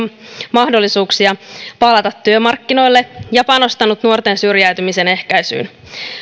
mahdollisuuksia palata työmarkkinoille ja panostanut nuorten syrjäytymisen ehkäisyyn